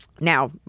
now